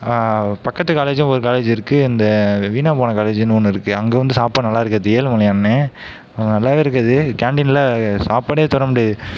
பக்கத்து காலேஜ்ஜும் ஒரு காலேஜ் இருக்கு இந்த வீணாக போன காலேஜ்ஜுன்னு ஒன்று இருக்கு அங்கே வந்து சாப்பாடு நல்லா இருக்காது ஏழுமலையான்னு அங்கே நல்லாவே இருக்காது கேண்டீனில் சாப்பாடே தொட முடியாது